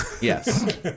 Yes